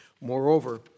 Moreover